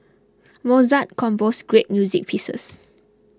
Mozart composed great music pieces